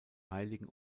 heiligen